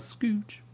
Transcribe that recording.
Scooch